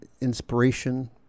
inspiration